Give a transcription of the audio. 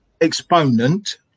exponent